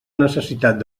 necessitat